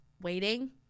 Waiting